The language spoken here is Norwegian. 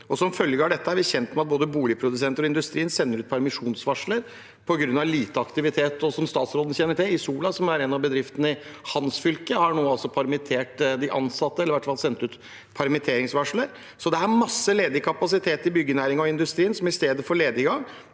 Som følge av dette er vi kjent med at både boligprodusenter og industrien sender ut permitteringsvarsler på grunn av lite aktivitet. Som statsråden kjenner til: Isola, som er en av bedriftene i hans fylke, har nå permittert de ansatte, eller iallfall sendt ut permitteringsvarsler. Det er masse ledig kapasitet i byggenæringen- og industrien, som i stedet for lediggang